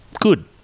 Good